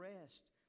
rest